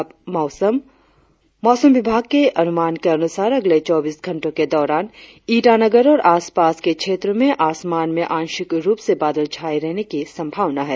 और अब मौसम मौसम विभाग के अनुमान के अनुसार अगले चौबीस घंटो के दौरान ईटानगर और आसपास के क्षेत्रो में आसमान में आंशिक रुप से बादल छाये रहने की संभावना है